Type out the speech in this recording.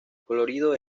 colorido